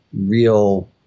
real